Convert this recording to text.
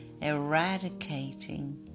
eradicating